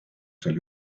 seal